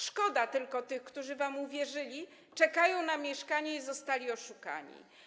Szkoda tylko tych, którzy wam uwierzyli - czekają na mieszkanie, a zostali oszukani.